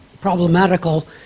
problematical